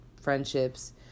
friendships